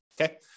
Okay